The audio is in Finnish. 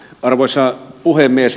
arvoisa puhemies